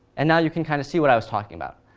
and now you can kind of see what i was talking about.